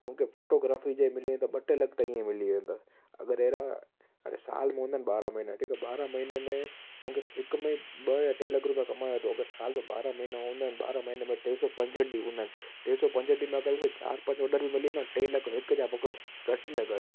उनखे फ़ोटोग्राफ़ी जे मिले त ॿ टे लख त ईअं ई मिली वेंदा अगरि अहिड़ा हाणे साल में हूंदा आहिनि ॿारहं महिना ठीकु आहे ॿारहं महिने में हुनखे हिक में ॿ या टे लख रुपया कमाए थो अगरि साल में ॿारह महिना हूंदा आहिनि ॿारहं महिने में टे सौ पंजहठि ॾींहं हूंदा आहिनि टे सौ पंजहठि ॾींहं में अगरि हुनखे चार पंज ऑडर बि मिली वञनि टे लख हिक जा पकिड़ो घटि में घटि